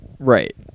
Right